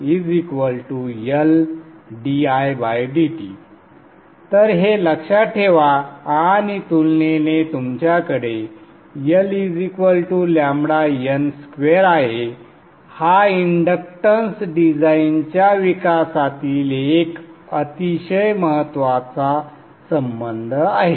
तर हे लक्षात ठेवा आणि तुलनेने तुमच्याकडे LN2 आहे हा इंडक्टन्स डिझाइनच्या विकासातील एक अतिशय महत्त्वाचे संबंध आहे